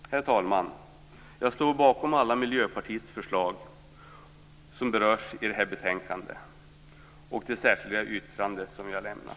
Herr talman! Jag står bakom alla Miljöpartiets förslag som berörs i det här betänkandet och det särskilda yttrande som jag har lämnat.